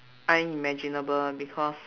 unimaginable because